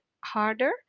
harder